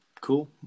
Cool